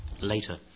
later